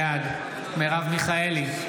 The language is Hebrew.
בעד מרב מיכאלי,